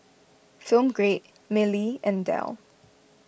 Film Grade Mili and Dell